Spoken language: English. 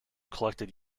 collected